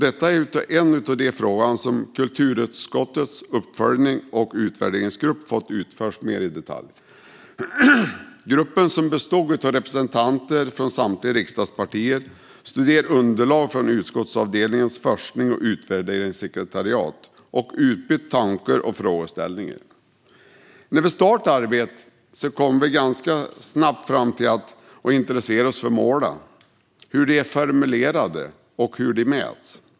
Detta är en av de frågor som vi i kulturutskottets uppföljnings och utvärderingsgrupp fått utforska mer i detalj. Gruppen, som bestod av representanter från samtliga riksdagspartier, studerade underlag från utskottsavdelningens forsknings och utvärderingssekretariat och utbytte tankar och frågeställningar. När vi startade arbetet kom vi snabbt att intressera oss för målen, hur de är formulerade och hur de mäts.